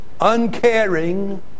uncaring